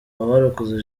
abarokotse